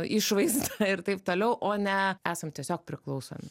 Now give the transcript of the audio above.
išvaizda ir taip toliau o ne esam tiesiog priklausomi